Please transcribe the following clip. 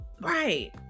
right